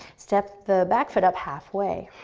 step the back foot up halfway.